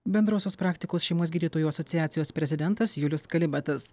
bendrosios praktikos šeimos gydytojų asociacijos prezidentas julius kalibatas